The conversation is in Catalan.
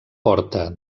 porta